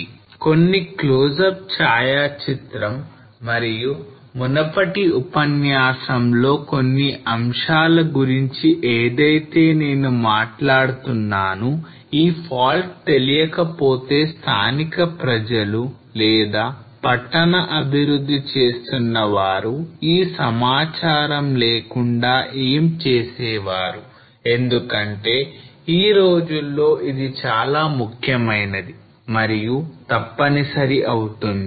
కాబట్టి కొన్ని క్లోజప్ ఛాయాచిత్రం మరియు మునుపటి ఉపన్యాసం లో కొన్ని అంశాలు గురించి ఏదైతే నేను మాట్లాడుతున్నాను ఈ fault తెలియకపోతే స్థానిక ప్రజలు లేదా పట్టణ అభివృద్ధి చేస్తున్న వారు ఈ సమాచారం లేకుండా ఏం చేసేవారు ఎందుకంటే ఈ రోజుల్లో ఇది చాలా ముఖ్యమైనది మరియు తప్పనిసరి అవుతుంది